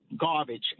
garbage